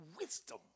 wisdom